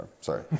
sorry